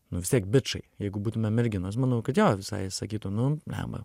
nu vis tiek bičai jeigu būtume merginos manau kad jo visai sakytų nu blemba